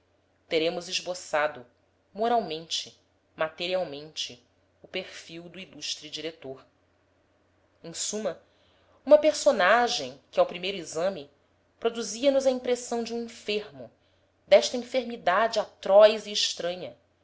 teremos esboçado moralmente materialmente o perfil do ilustre diretor em suma um personagem que ao primeiro exame produzia nos a impressão de um enfermo desta enfermidade atroz e estranha